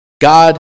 God